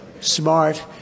smart